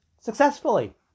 successfully